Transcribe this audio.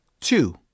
two